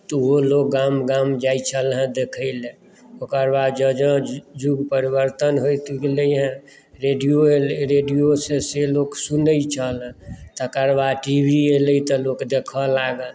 तऽ ओहो लोक गाम गाम जाइत छले हेँ देखय लेल ओकर बाद ज्योँ ज्योँ युग परिवर्तन होइत गेलै हेँ रेडियो एलै रेडियोसँ से लोक सुनैत छल हेँ तकर बाद टी वी एलै तऽ लोक देखय लागल